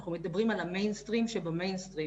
אנחנו מדברים על המיין-סטרים שבמיין-סטרים,